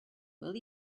will